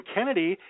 Kennedy